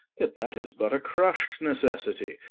yet that is but a crush'd necessity,